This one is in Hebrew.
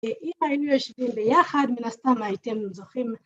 ‫אם היינו יושבים ביחד, ‫מן הסתם הייתם זוכים...